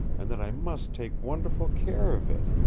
and that i must take wonderful care of it!